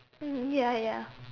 ya ya